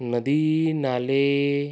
नदी नाले